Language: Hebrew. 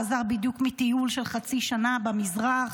חזר בדיוק מטיול של חצי שנה במזרח,